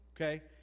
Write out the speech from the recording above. okay